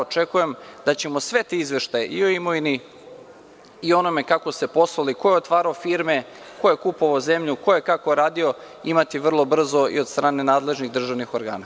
Očekujem da ćemo sve te izveštaje i o imovini i onome kako se posoli, ko je otvarao firme, ko je kupovao zemlju, ko je kako radio imati vrlo brzo i od strane nadležnih državnih organa.